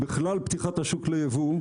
בכלל פתיחת השוק לייבוא,